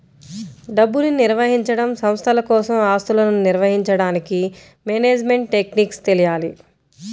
డబ్బుని నిర్వహించడం, సంస్థల కోసం ఆస్తులను నిర్వహించడానికి మేనేజ్మెంట్ టెక్నిక్స్ తెలియాలి